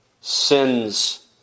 sin's